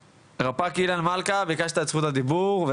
רפ"ק אילן מלכה, ביקשת את זכות הדיבור.